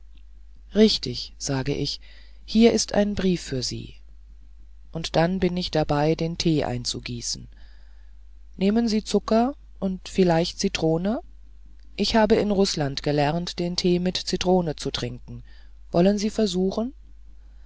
richtig sage ich hier ist ein brief für sie und dann bin ich dabei den tee einzugießen nehmen sie zucker und vielleicht zitrone ich habe in rußland gelernt den tee mit zitrone zu trinken wollen sie versuchen